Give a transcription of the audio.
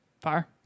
Fire